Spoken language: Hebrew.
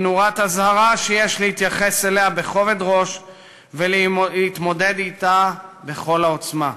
היא נורת אזהרה שיש להתייחס אליה בכובד ראש ולהתמודד אתה בכל העוצמה,